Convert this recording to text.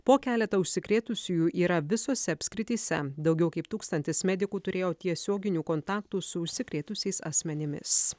po keletą užsikrėtusiųjų yra visose apskrityse daugiau kaip tūkstantis medikų turėjo tiesioginių kontaktų su užsikrėtusiais asmenimis